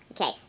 okay